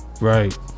Right